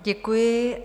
Děkuji.